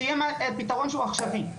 שיהיה פתרון שהוא עכשווי.